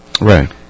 Right